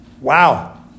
Wow